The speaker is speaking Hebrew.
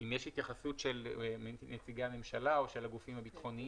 אם יש התייחסות של נציגי הממשלה או של הגופים הביטחוניים,